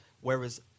whereas